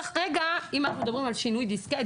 אם אנחנו מדברים על שינוי דיסקט,